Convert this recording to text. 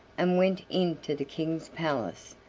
and went into the king's palace,